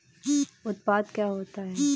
उत्पाद क्या होता है?